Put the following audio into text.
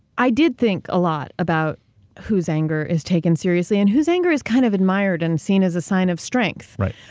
i did think a lot about whose anger is taken seriously and whose anger is kind of admired and seen as a sign of strength. right.